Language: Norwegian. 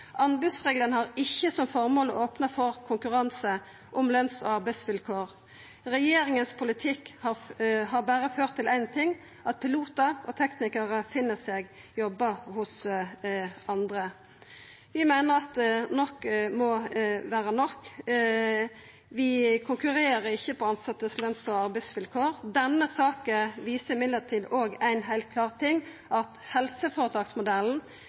Anbodsreglane har ikkje som føremål å opna for konkurranse om løns- og arbeidsvilkår. Politikken til regjeringa har berre ført til éin ting: at pilotar og teknikarar finn seg jobbar hos andre. Vi meiner at nok må vera nok. Vi konkurrerer ikkje på løns- og arbeidsvilkåra til dei tilsette. Denne saka viser òg heilt klart at helseføretaksmodellen ikkje er ein